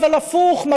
אבל הפוך,